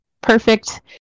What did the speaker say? perfect